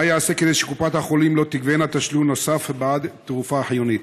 מה ייעשה כדי שקופות החולים לא תגבינה תשלום בעד תרופה חיונית?